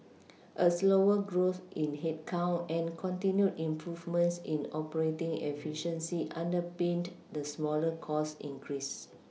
a slower growth in headcount and continued improvements in operating efficiency underPinned the smaller cost increase